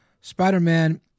Spider-Man